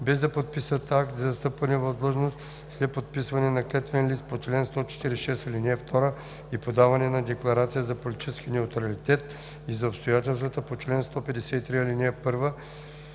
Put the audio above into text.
без да подписват акт за встъпване в длъжност, след подписване на клетвен лист по чл. 146, ал. 2 и подаване на декларации за политически неутралитет и за обстоятелствата по чл. 153, ал. 1